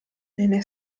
bene